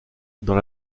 dans